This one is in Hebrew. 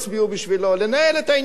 את העניינים שלנו,